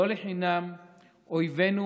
לא לחינם אויבינו